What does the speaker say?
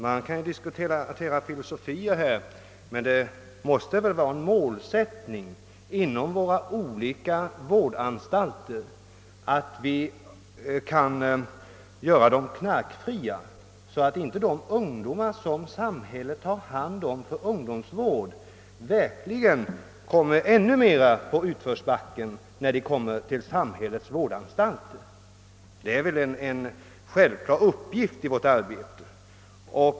Man kan diskutera olika filosofier men det måste väl ändå vara ett mål att våra vårdanstalter görs knarkfria, så att inte de ungdomar samhället har tagit hand om för vård hamnar ännu mera i utförsbacken på samhällets vårdanstalter. Detta måste dock vara en självklar uppgift i vårt arbete.